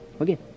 okay